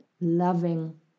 loving